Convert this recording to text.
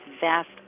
vast